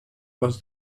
was